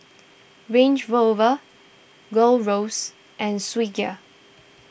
Range Rover Gold Roast and Swissgear